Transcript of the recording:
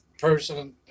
person